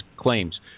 claims